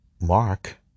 Mark